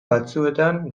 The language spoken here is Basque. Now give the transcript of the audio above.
batzuetan